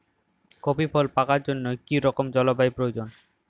Coffee ফল পাকার জন্য কী রকম জলবায়ু প্রয়োজন?